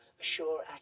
assure